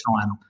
time